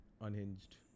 Unhinged